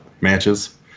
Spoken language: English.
matches